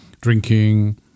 drinking